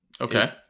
Okay